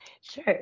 sure